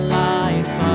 life